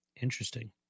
Interesting